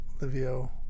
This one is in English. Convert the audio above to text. Livio